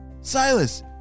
Silas